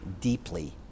deeply